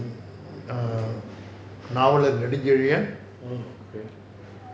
err Navalar nedun chezhian